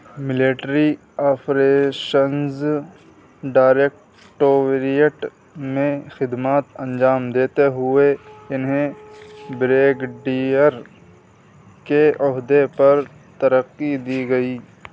military operations directorate میں خدمات انجام دیتے ہوئے انہیں بریگڈیئر کے عہدے پر ترقی دی گئی